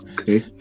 Okay